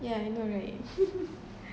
yeah I know right